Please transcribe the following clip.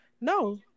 No